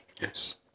yes